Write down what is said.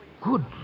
Good